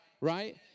Right